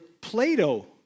Plato